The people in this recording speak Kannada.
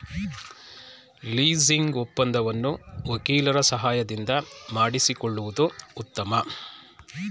ಲೀಸಿಂಗ್ ಒಪ್ಪಂದವನ್ನು ವಕೀಲರ ಸಹಾಯದಿಂದ ಮಾಡಿಸಿಕೊಳ್ಳುವುದು ಉತ್ತಮ